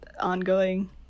ongoing